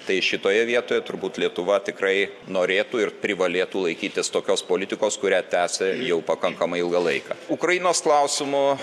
tai šitoje vietoje turbūt lietuva tikrai norėtų ir privalėtų laikytis tokios politikos kurią tęsia jau pakankamai ilgą laiką ukrainos klausimu